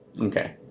Okay